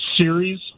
series